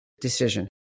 decision